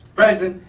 present.